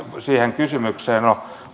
siihen kysymykseen ole